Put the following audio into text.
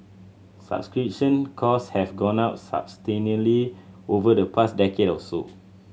subscription cost have gone up substantially over the past decade or so